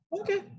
Okay